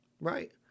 Right